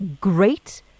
great